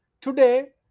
Today